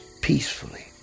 peacefully